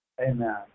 Amen